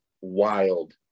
wild